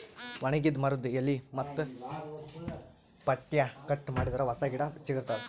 ಒಣಗಿದ್ ಮರದ್ದ್ ಎಲಿ ಮತ್ತ್ ಪಂಟ್ಟ್ಯಾ ಕಟ್ ಮಾಡಿದರೆ ಹೊಸ ಗಿಡ ಚಿಗರತದ್